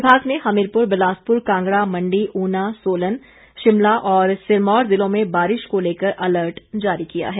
विभाग ने हमीरपुर बिलासपुर कांगड़ा मंडी उना सोलन शिमला और सिरमौर जिलों में बारिश को लेकर अलर्ट जारी किया है